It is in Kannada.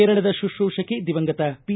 ಕೇರಳದ ಶುಶ್ರೂಷಕಿ ದಿವಂಗತ ಪಿ